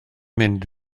mynd